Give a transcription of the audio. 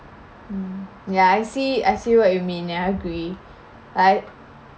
mm ya I see I see what you mean ya I agree like